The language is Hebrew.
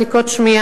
בגיל 65